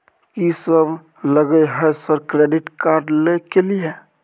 कि सब लगय हय सर क्रेडिट कार्ड लय के लिए?